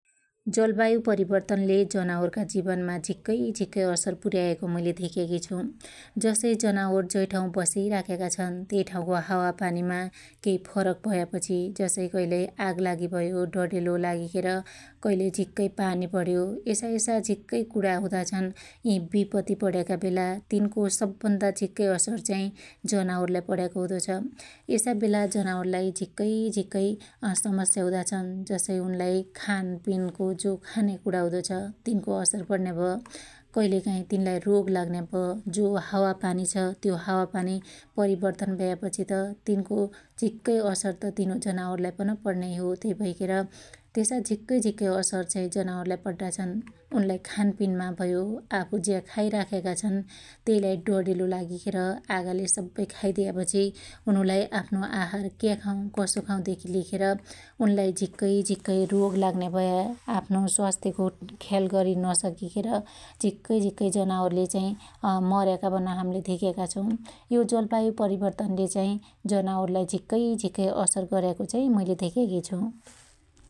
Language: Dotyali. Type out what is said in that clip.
जलवायु परिर्वतनले जनावरका जिवनमा झिक्कै झिक्कै असर पुर्याएको मुईले धेक्याकी छु । जसै जनावर जै ठाँउ बसिराख्याका छन् त्यइ ठाँउ त्यइ ठाँउको हावापानीमा केई फरक भयापछि जसै कैलइ आगलागी भयो डडेलो लागिखेर कइलइ झीक्कै पानि पड्यो यसायसा झिक्कै कणा हुदा छन् । यि बिपति पड्याका बेला तिनको सबभन्दा झिक्कै असर चाहि जनावरलाई पड्याको हुदो छ । यसा बेला जनावरलाई झिक्कै झिक्कै समस्या हुदाछन् । जसै उनलाई खानपिनको जो खानपिन हुदो छ तिनको असर पर्न्या भ कइलेकाइ तिनलाई रोग लाग्न्या भ । जो हावापनी छ त्यो हावापनि परिवर्तन भ्या पछित तिनको झिक्कै असरत तिन जनावरलाई पन पणन्याई हो त्यइ भैखेर त्यसा झिक्कै झिक्कै असर चाहि जनावरलाई पड्डा छन। उनलाई खानपिनमा भयो आफु ज्या खाइराख्याका छन त्यइलाई डडेलो लागिखेर आगाले सब्बै खाइदियापछि उनुलाई आफ्नो आहार क्या खाउ कसो खाउ देखी लिएर उनलाइ झिक्कै झिक्कै रोग लाग्न्या भया । आफ्नो स्वास्थ्यको ख्याल गरी नसकीखेर झिक्कै झिक्कै जनावरले चाहि मर्याका पन हाम्ले धेक्याका छु । यो जलवायु परिवर्तनले चाहि जनावरलाई झिक्कै झिक्कै असर गर्याको चाहि मैले धेक्याकि छु ।